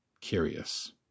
curious